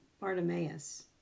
Bartimaeus